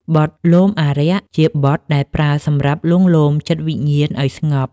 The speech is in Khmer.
បទលោមអារក្ស ជាបទដែលប្រើសម្រាប់លួងលោមចិត្តវិញ្ញាណឱ្យស្ងប់។